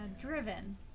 driven